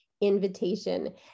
invitation